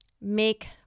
make